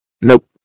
Nope